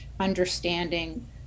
understanding